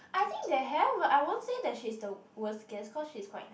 I think they have but I won't say that she's the worst guest cause she's quite nice